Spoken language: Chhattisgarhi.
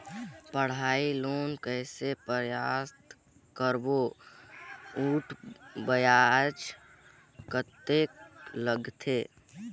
पढ़ाई लोन कइसे प्राप्त करबो अउ ब्याज कतेक लगथे?